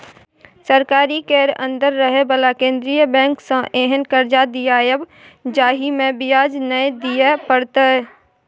सरकारी केर अंदर रहे बला केंद्रीय बैंक सँ एहेन कर्जा दियाएब जाहिमे ब्याज नै दिए परतै